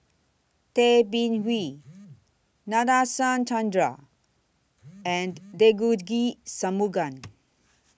Tay Bin Wee Nadasen Chandra and Devagi Sanmugam